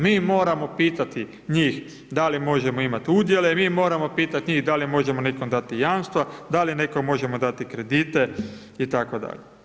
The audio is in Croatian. Mi moramo pitati njih da li možemo imati udjele, mi moramo pitati njih da li možemo nekom dati jamstva, da li nekom možemo dati kredite itd.